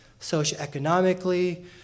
socioeconomically